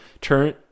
turn